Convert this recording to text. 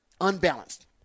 Unbalanced